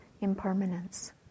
impermanence